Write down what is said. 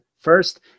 first